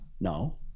No